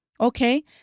Okay